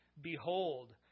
Behold